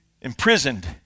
Imprisoned